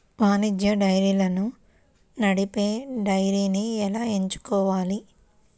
వాణిజ్య డైరీలను నడిపే డైరీని ఎలా ఎంచుకోవాలి?